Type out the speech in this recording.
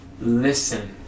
Listen